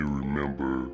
remember